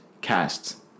casts